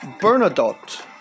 Bernadotte